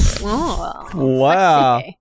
Wow